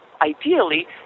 ideally